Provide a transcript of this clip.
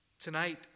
Tonight